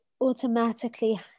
automatically